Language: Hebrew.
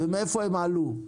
ומאיפה הם עלו,